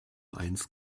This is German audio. eins